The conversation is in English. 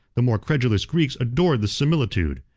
the more credulous greeks adored the similitude,